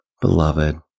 Beloved